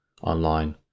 online